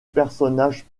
personnage